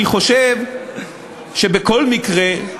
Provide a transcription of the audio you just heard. אני חושב שבכל מקרה,